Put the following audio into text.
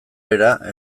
era